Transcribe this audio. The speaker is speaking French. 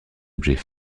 objets